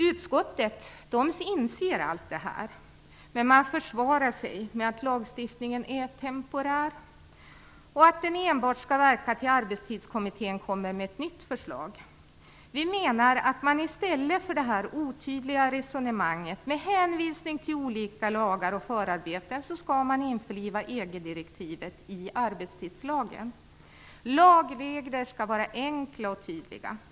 Utskottet inser allt detta, men man försvarar sig med att lagstiftningen är temporär och att den enbart skall verka tills Arbetstidskommittén lägger fram ett nytt förslag. Vi menar att man i stället för det här otydliga resonemanget med hänvisning till olika lagar och förarbeten skall införliva EG-direktivet i arbetstidslagen. Lagregler skall vara enkla och tydliga.